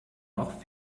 noch